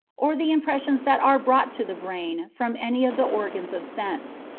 or the impressions that are brought to the brain from any of the organs of sense.